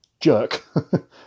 jerk